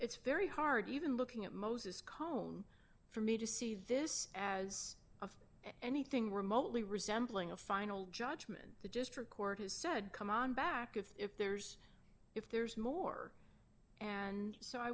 it's very hard even looking at moses cone for me to see this as of anything remotely resembling a final judgment the district court has said come on back if there's if there's more and so i